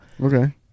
Okay